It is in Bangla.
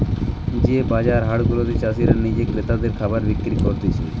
যে বাজার হাট গুলাতে চাষীরা নিজে ক্রেতাদের খাবার বিক্রি করতিছে